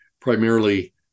primarily